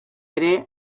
ere